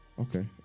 Okay